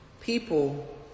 people